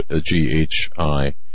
G-H-I